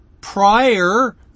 prior